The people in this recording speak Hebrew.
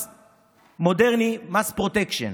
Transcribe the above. מס מודרני, מס פרוטקשן,